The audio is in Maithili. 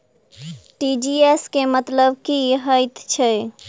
टी.जी.एस केँ मतलब की हएत छै?